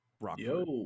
Rockford